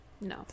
no